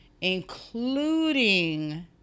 Including